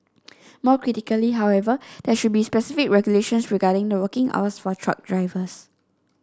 more critically however there should be very specific regulations regarding the working hours for truck drivers